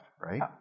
right